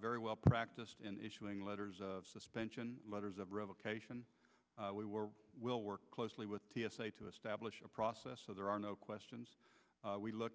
very well practiced in issuing letters suspension letters of revocation we were will work closely with t s a to establish a process so there are no questions we look